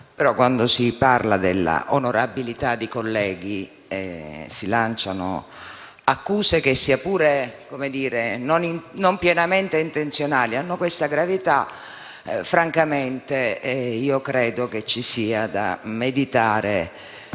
però, quando si parla dell'onorabilità di colleghi e si lanciano accuse che, sia pure non pienamente intenzionali, hanno questa gravità, francamente credo ci sia da meditare